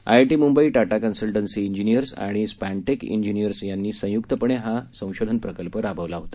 IIT Mumbai Tata consultancy engineers आणि Spantech engineers यांनी संय्क्तपणे हा संशोधन प्रकल्प राबवला होता